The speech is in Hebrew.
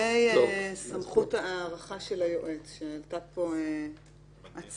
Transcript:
בין אם יכתבו או לא יכתבו,